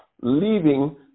leaving